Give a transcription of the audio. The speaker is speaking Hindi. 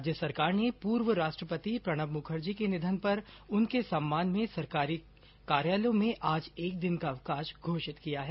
राज्य सरकार ने पूर्व राष्ट्रपति प्रणब मुखर्जी के निधन पर उनके सम्मान में सरकारी कार्यालयों में आज एक दिन का अवकाश घोषित किया है